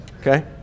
Okay